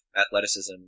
athleticism